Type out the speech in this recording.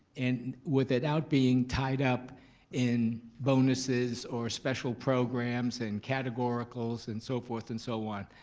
and with it out being tied up in bonuses or special programs and categoricals and so forth and so on.